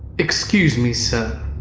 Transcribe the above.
excuse me sir,